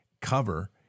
cover